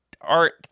art